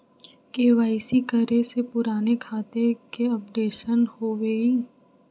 KYC करें से पुराने खाता के अपडेशन होवेई?